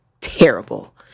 terrible